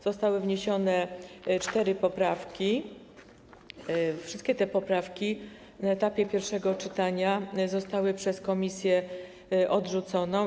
Zostały wniesione cztery poprawki, wszystkie te poprawki na etapie pierwszego czytania zostały przez komisję odrzucone.